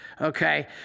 okay